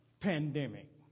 pandemic